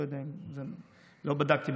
לא בדקתי,